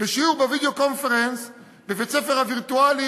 בשיעור בווידיאו-קונפרנס בבית-הספר הווירטואלי